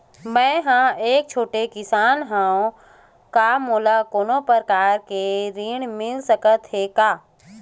मै ह एक छोटे किसान हंव का मोला कोनो प्रकार के ऋण मिल सकत हे का?